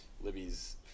Libby's